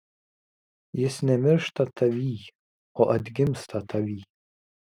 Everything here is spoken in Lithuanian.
jis nemiršta tavyj o atgimsta tavyj